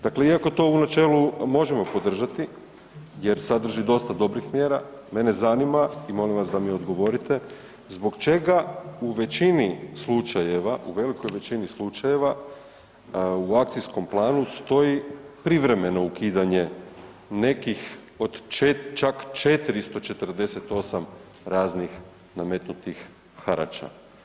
Dakle, iako to u načelu možemo podržati jer sadrži dosta dobrih mjera, mene zanima i molim vas da mi odgovorite, zbog čega u većini slučajeva, u velikoj većini slučajeva u akcijskom planu stoji privremeno ukidanje neki od čak 448 raznih nametnutih harača.